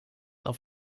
auf